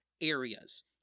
areas